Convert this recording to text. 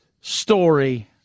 story